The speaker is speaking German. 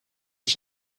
ich